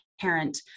parent